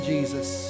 Jesus